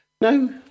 No